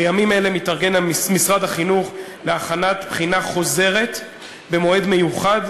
בימים אלה מתארגן משרד החינוך להכנת בחינה חוזרת במועד מיוחד,